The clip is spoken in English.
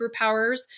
superpowers